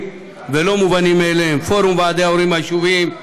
והלא-מובנים מאליהם: לפורום ועדי ההורים היישוביים,